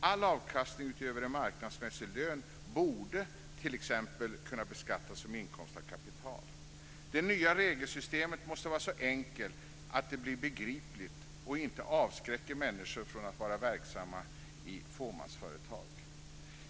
All avkastning utöver en marknadsmässig lön borde t.ex. kunna beskattas som inkomst av kapital. Det nya regelsystemet måste vara så enkelt att det blir begripligt och inte avskräcker människor från att vara verksamma i fåmansföretag.